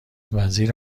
وزیر